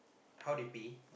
how they pay